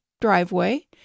driveway